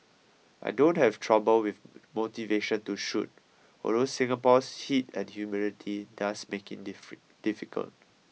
I don't have trouble with motivation to shoot although Singapore's heat and humidity does make it difficult